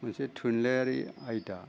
मोनसे थुनलाइयारि आयदा